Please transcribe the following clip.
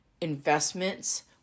investments